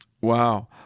Wow